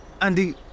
Andy